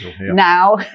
now